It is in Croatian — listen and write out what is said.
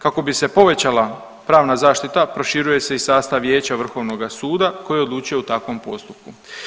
Kako bi se povećala pravna zaštita proširuje se i sastav vijeća vrhovnoga suda koji odlučuje u takvom postupku.